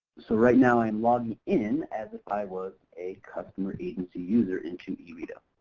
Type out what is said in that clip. so right now, i'm logging in as if i was a customer agency user into ereta.